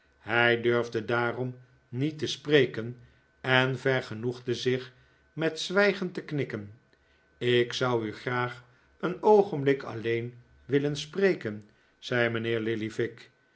hij durfde daarom niet te spreken en vergenoegde zich met zwijgend te knikken ik zou u graag een oogenblik ajleen willen spreken zei mijnheer